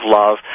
love